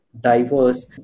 diverse